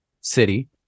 city